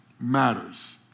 matters